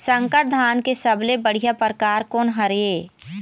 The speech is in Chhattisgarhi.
संकर धान के सबले बढ़िया परकार कोन हर ये?